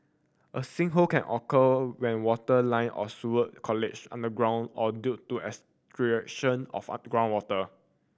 a sinkhole can occur when water line or sewer college underground or due to extraction of groundwater